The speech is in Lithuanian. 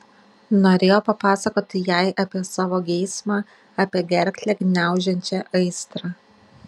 norėjo papasakoti jai apie savo geismą apie gerklę gniaužiančią aistrą